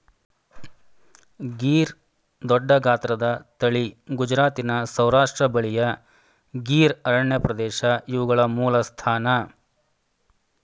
ಗೀರ್ ದೊಡ್ಡಗಾತ್ರದ ತಳಿ ಗುಜರಾತಿನ ಸೌರಾಷ್ಟ್ರ ಬಳಿಯ ಗೀರ್ ಅರಣ್ಯಪ್ರದೇಶ ಇವುಗಳ ಮೂಲಸ್ಥಾನ